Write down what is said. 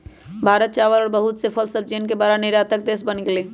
भारत चावल और बहुत से फल सब्जियन के बड़ा निर्यातक देश बन गेलय